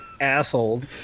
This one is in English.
assholes